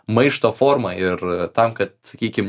maišto forma ir tam kad sakykim